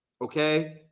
okay